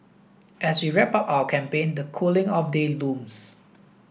as we wrap up our campaign the cooling off day looms